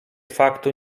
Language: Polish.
faktu